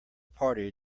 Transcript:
party